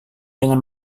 dengan